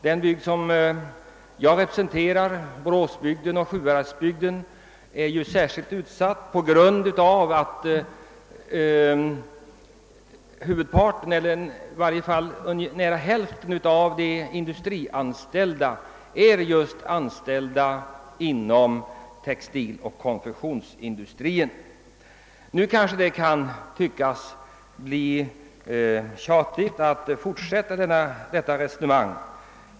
Det område som jag representerar, Boråsbygden och Sjuhäradsbygden, har blivit särskilt utsatt på grund av att nära hälften av ide anställda har sin verksamhet inom just textiloch konfektionsindustrin. Det kanske kan tyckas bli tjatigt att upprepa detta resonemang.